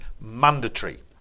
mandatory